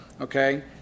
Okay